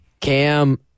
Cam